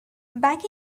back